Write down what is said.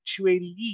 280E